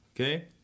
Okay